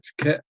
kit